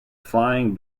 flying